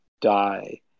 die